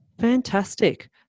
Fantastic